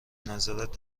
نظرت